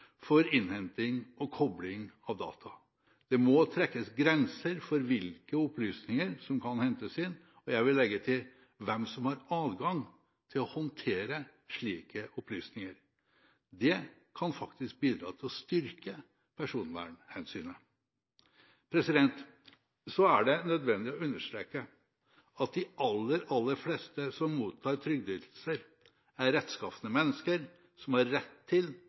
for innhenting og kobling av data. Det må trekkes grenser for hvilke opplysninger som kan hentes inn, og, vil jeg legge til, for hvem som har adgang til å håndtere slike opplysninger. Dette kan faktisk bidra til å styrke personvernhensynet. Så er det nødvendig å understreke at de aller fleste som mottar trygdeytelser, er rettskafne mennesker, som har rett til